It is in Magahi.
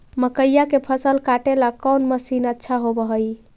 मकइया के फसल काटेला कौन मशीन अच्छा होव हई?